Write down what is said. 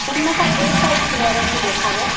हिन खां ॿे काई वैराइटी ॾेखारियो